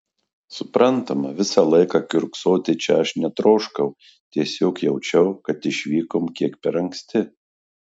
suprantama visą laiką kiurksoti čia aš netroškau tiesiog jaučiau kad išvykom kiek per anksti